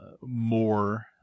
more